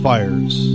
Fires